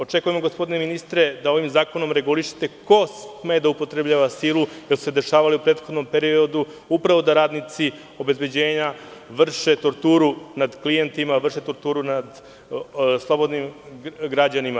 Očekujemo, gospodine ministre, da ovim zakonom regulišete ko sme da upotrebljava silu, jer se dešavalo u prethodnom periodu upravo da radnici obezbeđenja vrše torturu nad klijentima, vrše torturu nad slobodnim građanima.